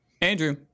Andrew